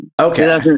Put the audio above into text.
okay